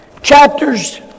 Chapters